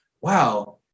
wow